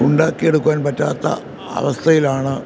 ഉണ്ടാക്കി എടുക്കുവാൻ പറ്റാത്ത അവസ്ഥയിലാണ്